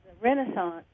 Renaissance